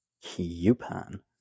Coupon